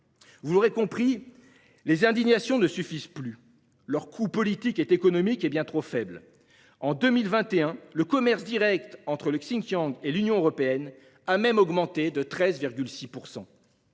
mes chers collègues, les indignations ne suffisent plus. Leur coût politique et économique est bien trop faible. En 2021, le commerce direct entre le Xinjiang et l'Union européenne a même augmenté de 13,6 %.